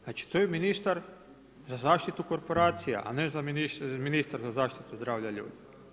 Znači, to je ministar za zaštitu korporacija, a ne ministar za zaštitu zdravlja ljudi.